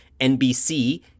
NBC